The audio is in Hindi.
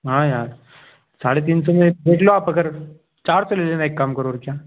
हाँ यार साढ़े तीन सौ में देख लो आप अगर चार सौ ले लेना एक काम करो और क्या